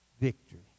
victory